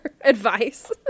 advice